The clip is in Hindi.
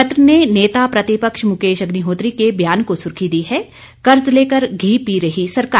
पत्र ने नेता प्रतिपक्ष मुकेश अग्निहोत्री के बयान को सुर्खी दी है कर्ज लेकर घी पी रही सरकार